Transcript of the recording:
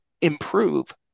improve